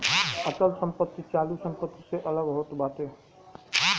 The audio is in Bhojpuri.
अचल संपत्ति चालू संपत्ति से अलग होत बाटे